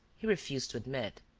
he refused to admit.